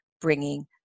bringing